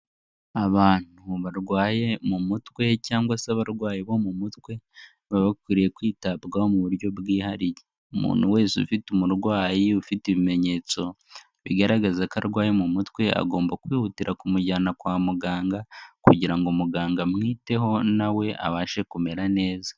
Abantu barwaye mu mutwe cyangwa se abarwayi bo mu mutwe, baba bakwiriye kwitabwaho mu buryo bwihariye. Umuntu wese ufite umurwayi ufite ibimenyetso bigaragaza ko arwaye mu mutwe, agomba kwihutira kumujyana kwa muganga kugira ngo muganga amwiteho, na we abashe kumera neza.